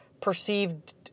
perceived